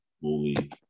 fully